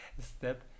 step